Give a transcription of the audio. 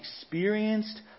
experienced